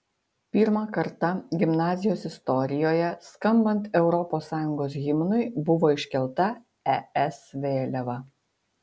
pirmą kartą gimnazijos istorijoje skambant europos sąjungos himnui buvo iškelta es vėliava